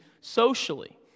socially